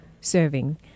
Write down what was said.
serving